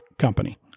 company